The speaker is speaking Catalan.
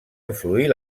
influir